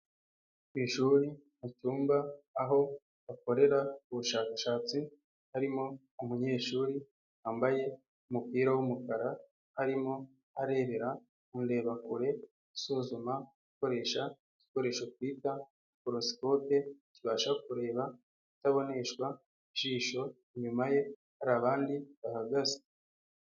Ku ishuri mucyumba aho bakorera ubushakashatsi, harimo umunyeshuri wambaye umupira w'umukara arimo arebera mu ndebakure, asuzuma gukoresha igikoresho twita microscope, kibasha kureba itaboneshwa ijisho, inyuma ye hari abandi bahagaze.